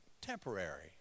temporary